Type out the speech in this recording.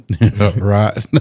Right